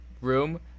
room